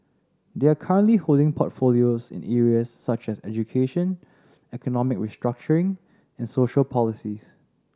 they are currently holding portfolios in areas such as education economic restructuring and social policies